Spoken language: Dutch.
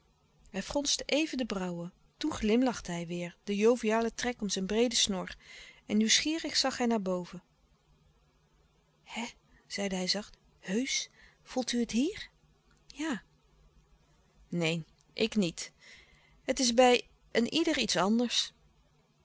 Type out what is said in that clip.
hij fronste even de brauwen toen glimlachte hij weêr den jovialen trek om zijn breeden snor en nieuwsgierig zag hij naar boven hè zeide hij zacht heusch voelt u het hier ja neen ik niet het is bij een ieder iets anders